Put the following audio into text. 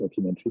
documentaries